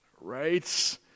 right